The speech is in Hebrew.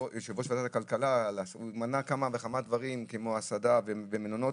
יושב-ראש ועדת הכלכלה מנה את ההסעדה והמלונות,